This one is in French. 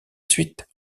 suite